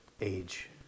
age